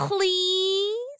please